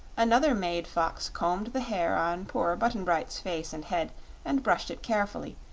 another maid-fox combed the hair on poor button-bright's face and head and brushed it carefully,